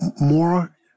more